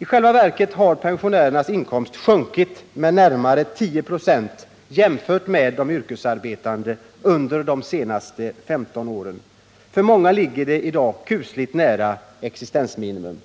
I själva verket har pensionärernas inkomst sjunkit med närmare tio procent jämfört med de yrkesarbetande under de senaste femton åren. För många ligger det kusligt nära existensminimum.